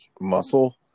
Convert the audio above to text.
muscle